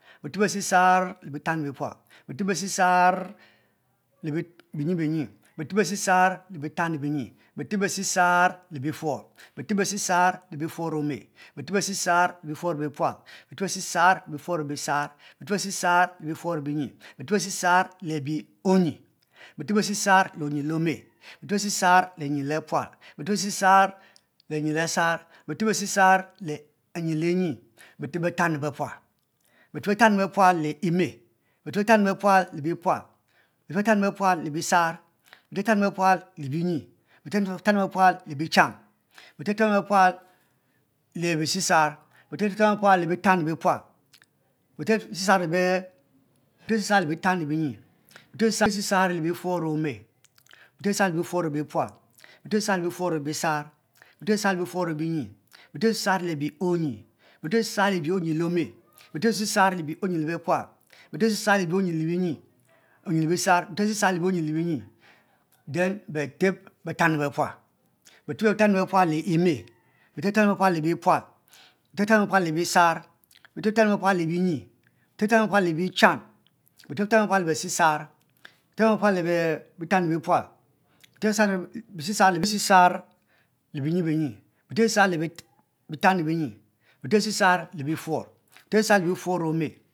Befeb besisar le bitanyi bipual befeb besisar le bitanyi benyi benyi beteb besisar le bitany binyi beteb besisar le bifuor beteb besisar le bufuor ome befeb besisar le bifuor bipun beteb besisar le bifuor bisar befeb besisar le bifuor benyi befeb besisar le bi onyi beteb besisar le onyile ome beteb besisar le onyi le pual beteb besisar le ony le asar beteb besisar le onyi le enyi befeb belanyi bepual befeb betanyi bepual le eme beteb betanyi be pual le bipual befeb betanyi bepual le bisar beteb betanyi bepual le binyi beteb betanyi bepual le bichan beteb betanyi bepual le bisisar befeb betanyi bepual le bitanyi bipual beteb besisar le bitanyi bipual beteb besisar le bitanyi binyi beteb besisar le bifuor ome beteb besisar le bifuor bepual beteb besisar le bifuor bisar beteb besisar le bifuor bing beteb besisar le bi onyi beteb besisar le abi onyi le ome befeb besisar le abie onyi le bepual bete besisar le bie onyi le binyi ten beteb betanyi bepual befeb betanyi bepual le me beteb betanyi bepual le bipual befeb bete betanyi bepual le bisar beteb betanyi bepual le binyi befeb betanyi bepual lebi chan beteb bentanyi bepual le bisisar befeb bepual le bitanyi bipual beteb le benyi benyi beteb besisar le befuor beteb besisar le fuor ome